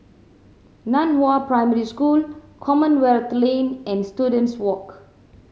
Nan Hua Primary School Commonwealth Lane and Students Walk